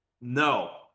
No